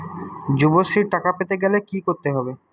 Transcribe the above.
যুবশ্রীর টাকা পেতে গেলে কি করতে হবে?